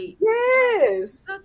yes